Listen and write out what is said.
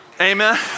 Amen